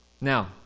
Now